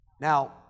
now